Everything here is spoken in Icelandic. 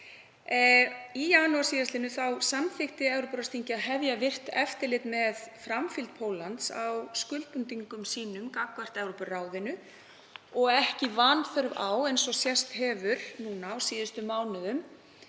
Í janúar síðastliðnum samþykkti Evrópuráðsþingið að hefja virkt eftirlit með framfylgd Póllands á skuldbindingum sínum gagnvart Evrópuráðinu og ekki vanþörf á eins og sést hefur á síðustu mánuðum